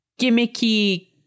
gimmicky